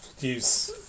use